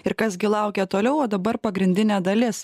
ir kas gi laukia toliau o dabar pagrindinė dalis